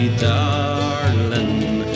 darling